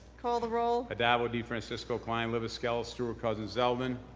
call the roll. addabbo, defrancisco, klein, libous, skelos, stewart-cousins, zeldin.